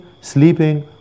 sleeping